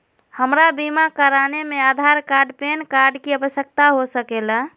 हमरा बीमा कराने में आधार कार्ड पैन कार्ड की आवश्यकता हो सके ला?